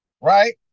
right